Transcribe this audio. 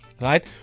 right